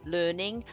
learning